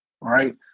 right